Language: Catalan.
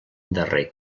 darrer